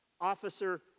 officer